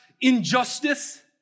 injustice